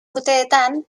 urteetan